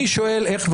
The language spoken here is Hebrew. אני שואל איך,